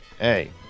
hey